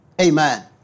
Amen